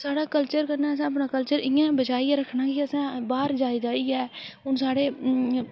साढ़ा कल्चर कन्नै साढ़ा कल्चर इ'यां बचाइयै रक्खना कि असें बाह्र जाई जाइयै हून साढ़े